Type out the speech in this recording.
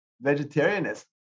vegetarianism